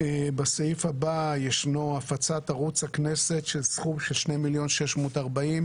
בסעיף הבא יש הפצת ערוץ הכנסת בסכום של 2.640 מיליון שקלים,